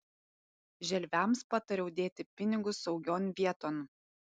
želviams patariau dėti pinigus saugion vieton